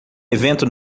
evento